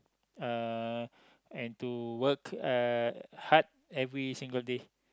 uh and to work uh hard every single day